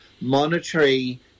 monetary